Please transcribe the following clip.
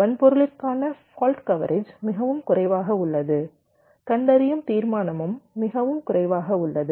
வன்பொருளிற்கான fault coverage மிகவும் குறைவாக உள்ளது கண்டறியும் தீர்மானமும் மிகவும் குறைவாக உள்ளது